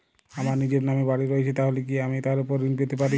আমার নিজের নামে বাড়ী রয়েছে তাহলে কি আমি তার ওপর ঋণ পেতে পারি?